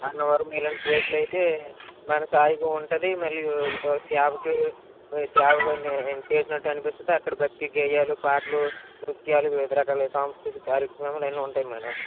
అన్నవరం ఇలాంటి ప్లేస్లు అయితే మనసు హాయిగా ఉంటుంది మళ్లీ సేవకి సేవ ఇవన్నీ చేసినట్టే అనిపిస్తుంది అక్కడ భక్తీ గేయాలు పాటలు నృత్యాలు వివిధ రకాల సాంస్కృతిక కార్యక్రమాలు అవన్నీ ఉంటాయి మేడమ్